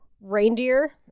reindeer